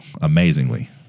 Amazingly